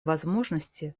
возможности